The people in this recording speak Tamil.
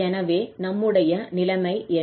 எனவே நம்முடைய நிலைமை என்ன